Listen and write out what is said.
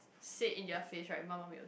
say it in their face right 妈妈没有教